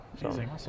amazing